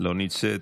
לא נמצאת.